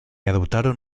adoptaron